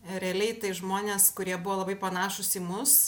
realiai tai žmonės kurie buvo labai panašūs į mus